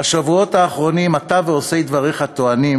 בשבועות האחרונים אתה ועושי דבריך טוענים